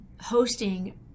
hosting